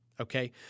Okay